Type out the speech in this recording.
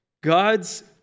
God's